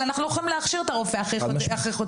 אבל אנחנו לא יכולים להכשיר את הרופא הכי איכותי.